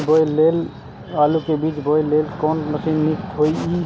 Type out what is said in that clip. आलु के बीज बोय लेल कोन मशीन नीक ईय?